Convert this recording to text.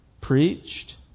preached